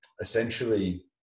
essentially